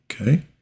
Okay